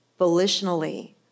volitionally